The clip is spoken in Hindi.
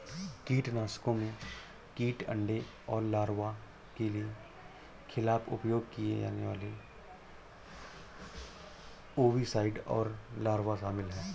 कीटनाशकों में कीट अंडे और लार्वा के खिलाफ उपयोग किए जाने वाले ओविसाइड और लार्वा शामिल हैं